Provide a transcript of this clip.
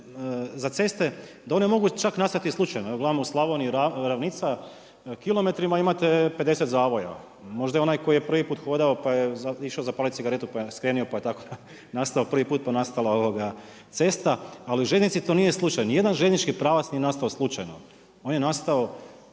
za ceste da one mogu čak nastati i slučajno, evo gledam u Slavoniji, ravnica kilometrima, imate 50 zavoja, možda onaj koji je prvi puta hodao pa je išao zapalit cigaretu pa je skrenuo pa je tako prvi put nastala cesta, ali u željeznici to nije slučaj. Nijedan željeznički pravac nije nastavo slučajno, on je nastao